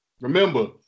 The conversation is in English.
Remember